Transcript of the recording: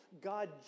God